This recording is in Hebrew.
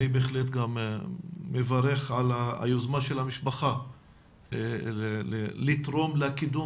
אני בהחלט גם מברך על היוזמה של המשפחה לתרום לקידום